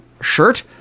shirt